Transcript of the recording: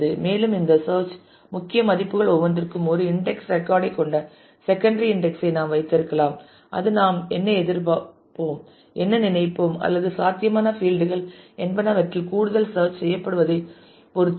மேலும் இந்த சேர்ச் முக்கிய மதிப்புகள் ஒவ்வொன்றிற்கும் ஒரு இன்டெக்ஸ் ரெக்கார்ட் ஐக் கொண்ட செகண்டரி இன்டெக்ஸ் ஐ நாம் வைத்திருக்கலாம் அது நாம் என்ன எதிர்பார்ப்போம் நாம் என்ன நினைப்போம் அல்லது சாத்தியமான பீல்ட் கள் என்பனவற்றில் கூடுதல் சேர்ச் செய்யப்படுவதை பொறுத்தது